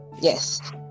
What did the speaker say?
yes